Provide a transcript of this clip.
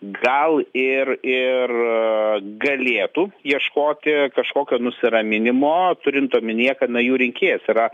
gal ir ir galėtų ieškoti kažkokio nusiraminimo turint omenyje kad na jų rinkėjas yra